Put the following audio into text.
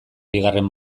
bigarren